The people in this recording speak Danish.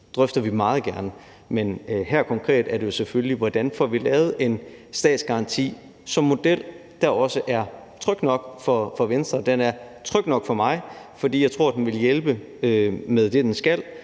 drøfter vi meget gerne, men her konkret handler det jo selvfølgelig om, hvordan vi får lavet en statsgaranti som model, der også er tryg nok for Venstre. Den er tryg nok for mig, for jeg tror, den ville hjælpe med det, den skal,